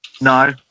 No